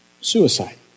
suicide